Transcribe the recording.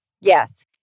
Yes